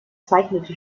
zeichnete